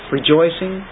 Rejoicing